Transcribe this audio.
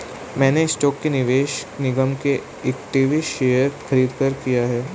मैंने स्टॉक में निवेश निगम के इक्विटी शेयर खरीदकर किया है